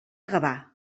gavà